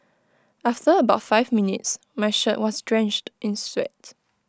after about five minutes my shirt was drenched in sweat